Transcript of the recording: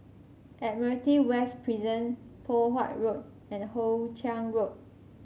Admiralty West Prison Poh Huat Road and Hoe Chiang Road